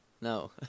no